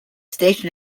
station